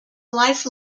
life